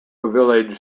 village